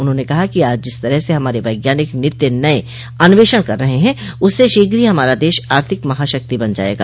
उन्होंने कहा कि आज जिस तरह से हमारे वैज्ञानिक नित्य नये अन्वेषण कर रहे हैं उससे शीघ्र ही हमारा देश आर्थिक महाशक्ति बन जायेगा